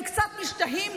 הם קצת משתהים,